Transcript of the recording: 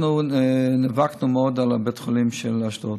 אנחנו נאבקנו מאוד על בית החולים של אשדוד.